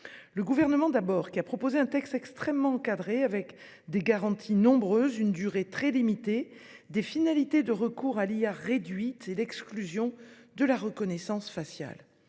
Le Gouvernement, d'abord, qui a proposé un texte extrêmement encadré, avec des garanties nombreuses, une durée très limitée, des finalités de recours à l'IA réduites et l'exclusion de la reconnaissance faciale.